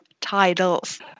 titles